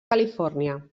califòrnia